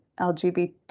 LGBT